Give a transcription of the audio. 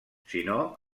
sinó